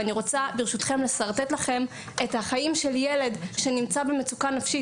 אני רוצה ברשותכם לשרטט לכם את החיים של ילד שנמצא במצוקה נפשית